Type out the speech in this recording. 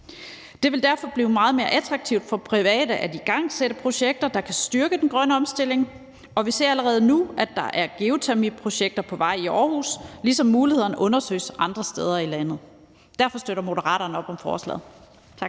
Det vil derfor blive meget mere attraktivt for private at igangsætte projekter, der kan styrke den grønne omstilling, og vi ser allerede nu, at der er geotermiprojekter på vej i Aarhus, ligesom mulighederne undersøges andre steder i landet. Derfor støtter Moderaterne op om forslaget.